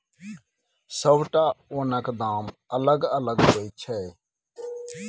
सबटा ओनक दाम अलग अलग होइ छै